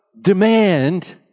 demand